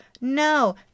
No